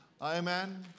Amen